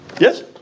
Yes